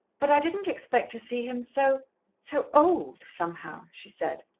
but i didn't expect to see him so so old, somehow, she said.